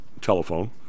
telephone